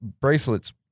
bracelets